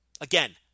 Again